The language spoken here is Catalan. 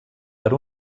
per